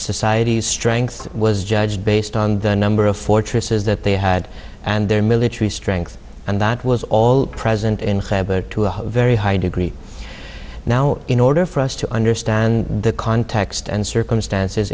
societies strength was judged based on the number of fortresses that they had and their military strength and that was all present in clabber to a very high degree now in order for us to understand the context and circumstances